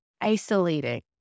isolating